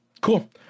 Cool